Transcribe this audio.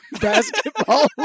basketball